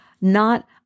not-